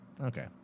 Okay